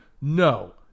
No